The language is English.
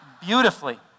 beautifully